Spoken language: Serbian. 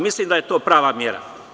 Mislim da je to prava mera.